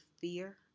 fear